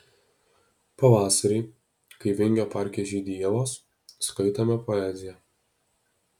pavasarį kai vingio parke žydi ievos skaitome poeziją